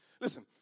Listen